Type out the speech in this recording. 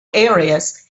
areas